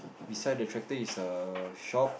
beside the tractor is a shop